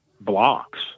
blocks